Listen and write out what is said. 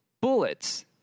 Bullets